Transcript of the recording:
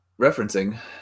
referencing